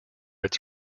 its